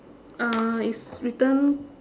uh it's written